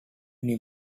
new